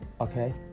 okay